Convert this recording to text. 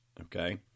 Okay